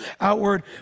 outward